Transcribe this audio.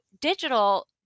digital